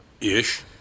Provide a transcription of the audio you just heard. Ish